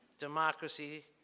Democracy